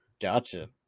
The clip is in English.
Gotcha